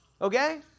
Okay